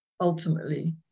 ultimately